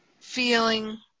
feeling